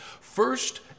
first